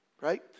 right